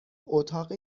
اتاق